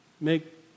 make